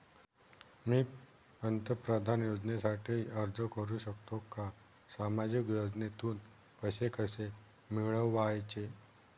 मी पंतप्रधान योजनेसाठी अर्ज करु शकतो का? सामाजिक योजनेतून पैसे कसे मिळवायचे